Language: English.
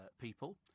people